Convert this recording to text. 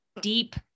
deep